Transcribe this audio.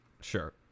Sure